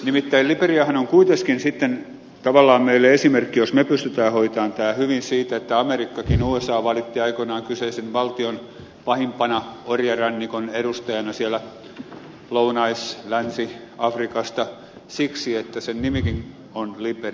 nimittäin liberiahan on kuitenkin sitten tavallaan meille esimerkki jos me pystymme hoitamaan tämän hyvin siitä että amerikkakin usa valitsi aikoinaan kyseisen valtion pahimpana orjarannikon edustajana sieltä lounais länsi afrikasta siksi että sen nimikin on liberia